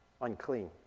unclean